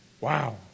Wow